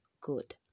good